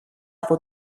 από